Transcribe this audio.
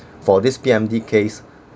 for this P_M_D case